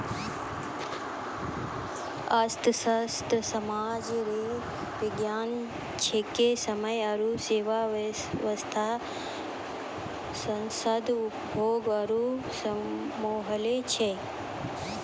अर्थशास्त्र सामाज रो विज्ञान छिकै समान आरु सेवा वेवस्था संसाधन उपभोग आरु सम्हालै छै